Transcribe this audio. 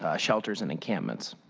ah shelters, and encampments.